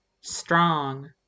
Strong